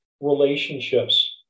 relationships